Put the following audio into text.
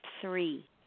three